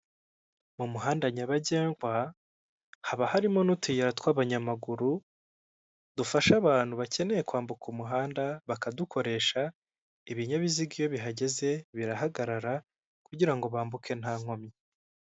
Umuhanda nyabagendwa haba harimo n'utuyira tw'abanyamaguru dufasha abantu bakeneye kwambuka umuhanda bakadukoresha, ibinyabiziga iyo bihageze birahagarara kugira ngo bambuke nta nkomyi.